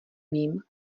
vím